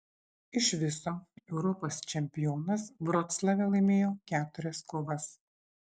iš viso europos čempionas vroclave laimėjo keturias kovas